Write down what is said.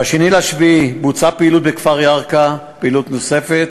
ב-2 ביולי בוצעה פעילות בכפר ירכא, פעילות נוספת,